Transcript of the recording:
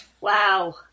Wow